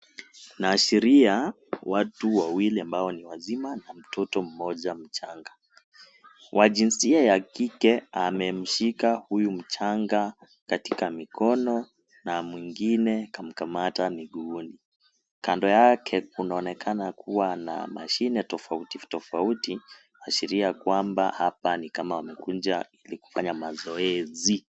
Inaashiria watu wawili ambao ni wazima na mtoto mmoja mchanga ,wa jinsia wa kike amemshika huyu mchanga katika mikono na mwingine kamkamata miguuni kando yake kunaonekana kuwa na mashine tofauti tofauti kuashiria kwamba haoa nikama amekuja kufanya mazoezi.